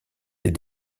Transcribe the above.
des